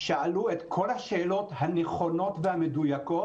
שאלו את כל השאלות הנכונות והמדויקות.